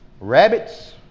rabbits